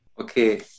Okay